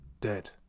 dead